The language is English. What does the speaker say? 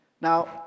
Now